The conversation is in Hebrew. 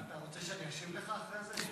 ) אתה רוצה שאני אשיב לך אחרי זה?